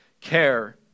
care